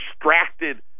distracted